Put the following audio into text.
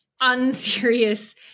unserious